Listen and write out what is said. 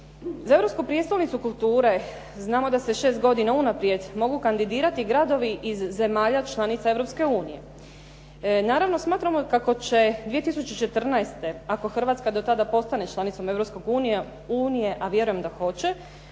Za europsku prijestolnicu kulture znamo da se šest godina unaprijed mogu kandidirati gradovi iz zemalja članica Europske unije. Naravno, smatramo kako će 2014., ako Hrvatska do tada postane članicom Europske unije, a vjerujem da hoće,